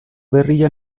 berria